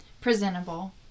presentable